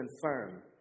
confirm